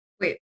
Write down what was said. Wait